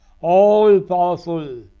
all-powerful